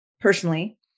personally